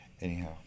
Anyhow